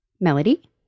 Melody